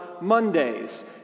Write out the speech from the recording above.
Mondays